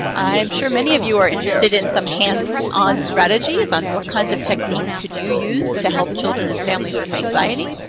i'm sure many of you are interested in some hands-on strategies on what kinds of techniques could you use to help children and families with anxiety.